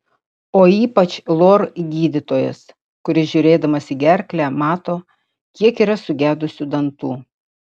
o ypač lor gydytojas kuris žiūrėdamas į gerklę mato kiek yra sugedusių dantų